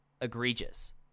egregious